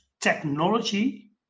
technology